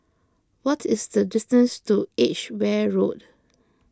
what is the distance to Edgeware Road